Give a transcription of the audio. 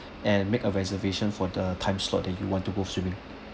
and make a reservation for the time slot that you want to go swimming